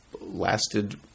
lasted